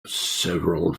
several